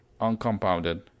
Uncompounded